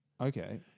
okay